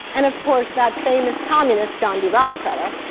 and of course that famous communist, john d. rockefeller.